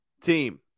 team